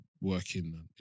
working